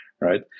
right